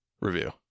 review